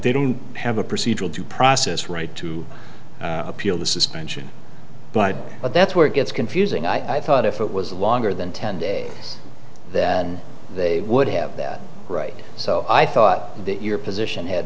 they don't have a procedural due process right to appeal the suspension but that's where it gets confusing i thought if it was longer than ten days that they would have that right so i thought that your position had